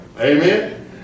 Amen